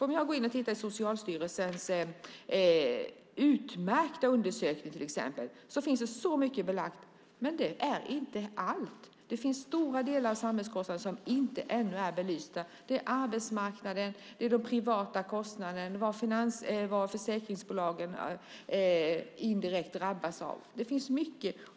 Om jag tittar i Socialstyrelsens utmärkta undersökning till exempel ser jag att det finns så mycket belagt, men det är inte allt. Stora delar av samhällskostnaderna är ännu inte belysta. Det är arbetsmarknaden. Det är de privata kostnaderna och vad försäkringsbolagen indirekt drabbas av. Det finns mycket.